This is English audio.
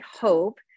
hope